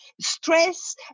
stress